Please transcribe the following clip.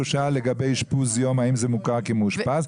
שאל לגבי אשפוז יום האם זה מוכר כמאושפז?